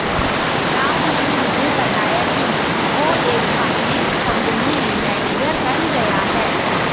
राव ने मुझे बताया कि वो एक फाइनेंस कंपनी में मैनेजर बन गया है